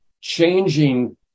changing